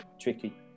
tricky